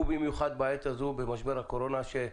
ובמיוחד בעת הזו במשבר הקורונה,